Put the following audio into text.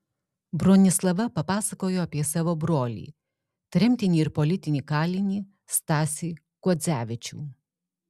bronislava papasakojo apie savo brolį tremtinį ir politinį kalinį stasį kuodzevičių